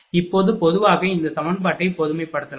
இப்போது பொதுவாக இந்த சமன்பாட்டை பொதுமைப்படுத்தலாம்